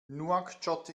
nouakchott